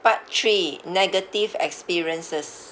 part three negative experiences